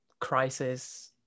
crisis